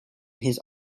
his